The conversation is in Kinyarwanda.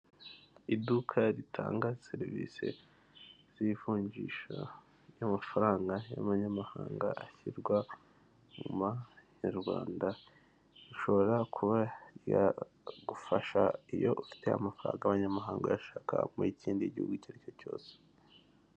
Iduka ritanga serivisi z'ivunjisha ry'amafaranga y'amanyamahanga ashyirwa mu manyayarwanda, ushobora kuba yagufasha iyo ufite amafaranga y'abanyamahangayashaka mu kindi gihugu icyo ari cyo cyose.